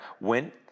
went